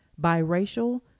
biracial